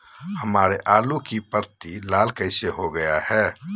हमारे आलू की पत्ती लाल कैसे हो गया है?